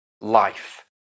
life